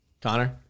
Connor